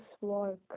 work